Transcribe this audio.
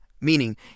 Meaning